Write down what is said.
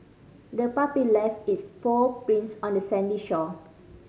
the puppy left its paw prints on the sandy shore